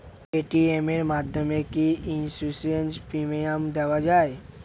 Paytm এর মাধ্যমে কি ইন্সুরেন্স প্রিমিয়াম দেওয়া যায়?